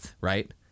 right